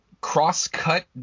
cross-cut